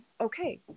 okay